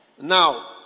Now